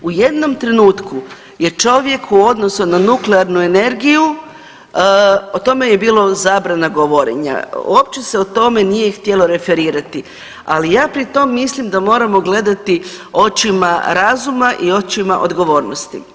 U jednom trenutku je čovjek u odnosu na nuklearnu energiju, o tome je bilo zabrana govorenja, uopće se o tome nije htjelo referirati, ali ja pri tom mislim da moramo gledati očima razuma i očima odgovornosti.